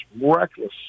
reckless